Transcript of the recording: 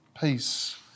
peace